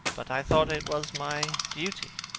but i thought it was my duty.